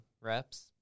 reps